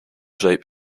zeep